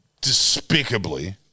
despicably